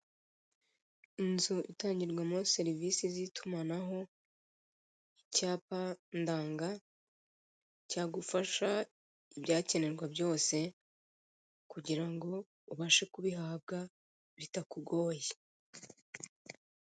Inzu itangirwamo serivise z'itumanaho, icyapa ndanga cyagufasha ibyakenerwa byose kugira ngo ubashe kubihabwa bitakugoye.